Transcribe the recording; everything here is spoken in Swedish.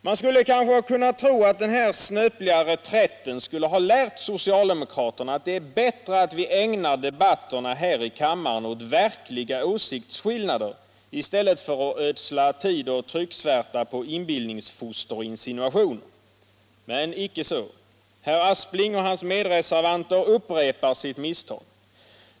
Man skulle ha kunnat tro att den här snöpliga reträtten skulle ha lärt socialdemokraterna att det är bättre att vi ägnar debatterna här i kammaren åt verkliga åsiktsskillnader än åt att ödsla tid och trycksvärta på inbillningsfoster och insinuationer. Men icke, herr Aspling och hans medreservanter upprepar sitt misstag.